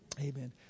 Amen